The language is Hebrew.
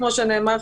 כמו שנאמר,